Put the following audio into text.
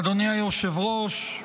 אדוני היושב-ראש,